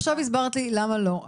עכשיו הסברת לי למה לא,